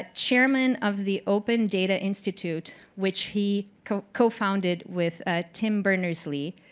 ah chairman of the open data institute, which he co-founded with ah tim bernersly,